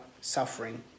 suffering